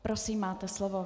Prosím, máte slovo.